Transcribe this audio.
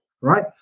right